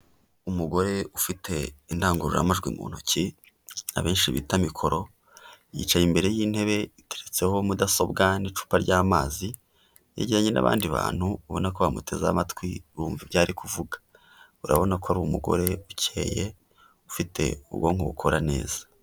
Umugore ufite indangururamajwi mu ntoki abenshi bita mikoro, yicaye imbere y'intebe iteretseho mudasobwa n'icupa ry'amazi, yageranye n'abandi bantu ubona ko bamuteze amatwi, bumva ibyo ari kuvuga, urabona ko ari umugore ukeye ufite ubwonko bukora neza.